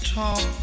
talk